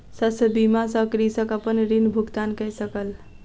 शस्य बीमा सॅ कृषक अपन ऋण भुगतान कय सकल